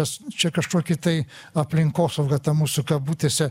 nes čia kažkokį tai aplinkosaugą ta mūsų kabutėse